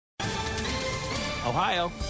Ohio